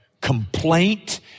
complaint